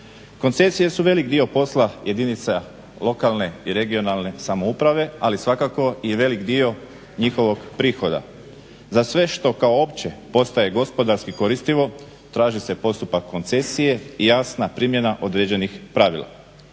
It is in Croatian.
Koncesije su veliki dio posla jedinica lokalne i regionalne samouprave, ali svakako i velik dio njihovog prihoda. Za sve što kao opće postoje gospodarski koristivo traži se postupak koncesije i jasna primjena određenih pravila.